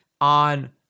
on